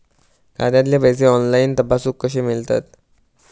खात्यातले पैसे ऑनलाइन तपासुक कशे मेलतत?